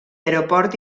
aeroport